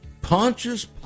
Pontius